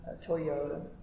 Toyota